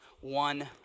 one